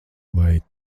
vai